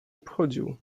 obchodził